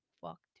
fuck